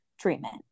treatment